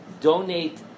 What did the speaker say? donate